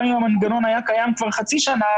גם אם המנגנון היה קיים כבר חצי שנה,